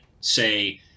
say